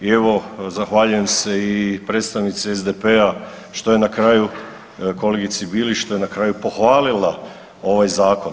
I evo zahvaljujem se i predstavnici SDP-a što je na kraju kolegici Bilić, što je na kraju pohvalila ovaj zakon.